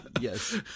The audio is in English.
Yes